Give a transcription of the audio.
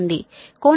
కోణం మైనస్ 36